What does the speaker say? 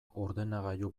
ordenagailu